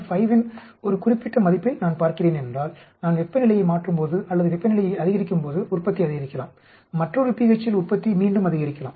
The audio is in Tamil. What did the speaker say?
5 இன் ஒரு குறிப்பிட்ட மதிப்பில் நான் பார்க்கிறேன் என்றால் நான் வெப்பநிலையை மாற்றும்போது அல்லது வெப்பநிலையை அதிகரிக்கும்போது உற்பத்தி அதிகரிக்கலாம் மற்றொரு pH இல் உற்பத்தி மீண்டும் அதிகரிக்கலாம்